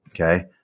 Okay